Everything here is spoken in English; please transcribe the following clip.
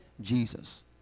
Jesus